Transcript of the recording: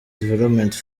development